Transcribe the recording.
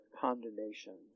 condemnation